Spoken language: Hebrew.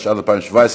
התשע"ז 2017,